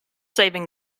saving